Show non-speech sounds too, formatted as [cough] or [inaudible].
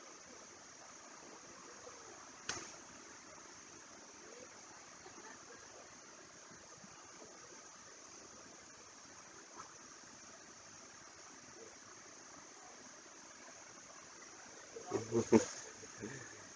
[laughs]